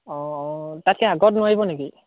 অঁ অঁ তাতকৈ আগত নোৱাৰিব নেকি